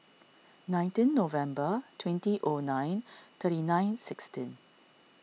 nineteen November twenty O nine thirty nine sixteen